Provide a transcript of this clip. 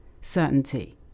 certainty